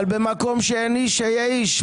אבל במקום שאין איש היה איש.